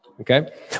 Okay